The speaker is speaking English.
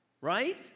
right